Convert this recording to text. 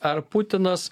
ar putinas